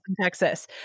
Texas